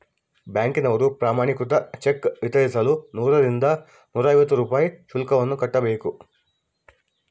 ಬ್ಯಾಂಕಿನವರು ಪ್ರಮಾಣೀಕೃತ ಚೆಕ್ ವಿತರಿಸಲು ನೂರರಿಂದ ನೂರೈವತ್ತು ರೂಪಾಯಿ ಶುಲ್ಕವನ್ನು ಕಟ್ಟಬೇಕು